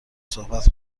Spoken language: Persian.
صحبت